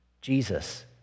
Jesus